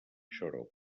xarop